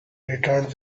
returned